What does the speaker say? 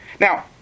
Now